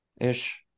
Ish